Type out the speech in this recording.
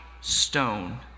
stone